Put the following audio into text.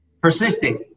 Persisting